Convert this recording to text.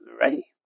ready